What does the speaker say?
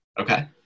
Okay